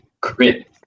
Crit